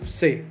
say